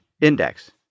Index